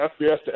FBS